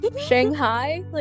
Shanghai